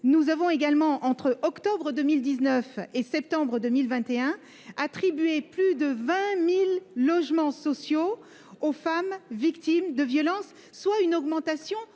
leurs enfants. Entre octobre 2019 et septembre 2021, nous avons attribué plus de 20 000 logements sociaux aux femmes victimes de violences, soit une augmentation